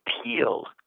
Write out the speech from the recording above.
appeal